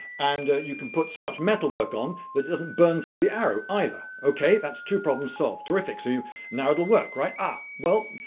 and you can put so much metalwork on that it doesn't burn through the arrow either. okay, that's two problems solved. terrific. so now it will work, right? ah. well.